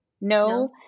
no